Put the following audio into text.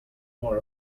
more